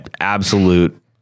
absolute